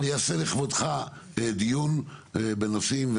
אני אעשה לכבודך דיון בנושאים,